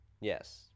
yes